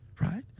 right